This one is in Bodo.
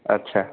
आच्चा